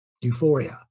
euphoria